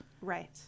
Right